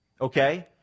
Okay